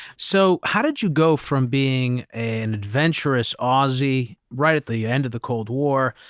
so how did you go from being an adventurous aussie, right at the end of the cold war,